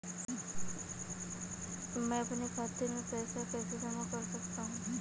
मैं अपने खाते में पैसे कैसे जमा कर सकता हूँ?